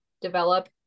develop